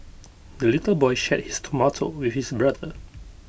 the little boy shared his tomato with his brother